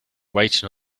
waiting